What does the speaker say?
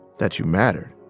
that you mattered